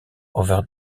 over